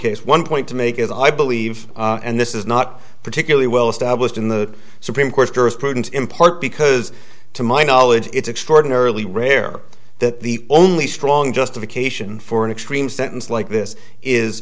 case one point to make is i believe and this is not particularly well established in the supreme court durst prudence in part because to my knowledge it's extraordinarily rare that the only strong justification for an extreme sentence like this is